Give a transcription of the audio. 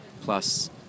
plus